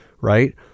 right